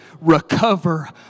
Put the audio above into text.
recover